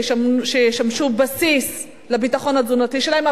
שישמשו בסיס לביטחון התזונתי שלהם,